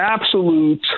absolute